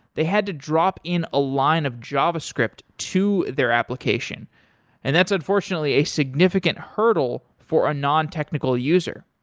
they had to drop in a line of javascript to their application and that's unfortunately a significant hurdle for a non technical user.